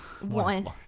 one